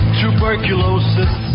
tuberculosis